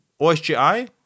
OSGI